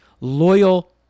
loyal